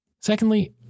Secondly